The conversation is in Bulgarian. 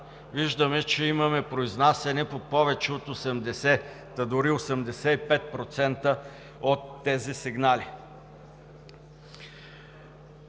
виждаме, че имаме произнасяне по повече от 80, та дори и 85% от тези сигнали.